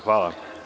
Hvala.